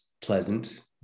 pleasant